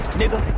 nigga